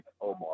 Omar